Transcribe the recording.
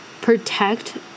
protect